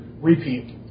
repeat